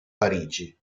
parigi